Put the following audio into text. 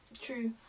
True